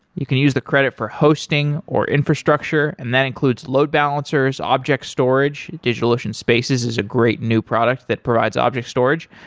you can use the credit for hosting, or infrastructure and that includes load balancers, object storage, digitalocean spaces is a great new product that provides object storage,